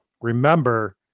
Remember